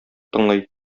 тыңлый